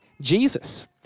Jesus